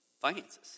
finances